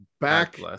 back